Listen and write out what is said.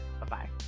Bye-bye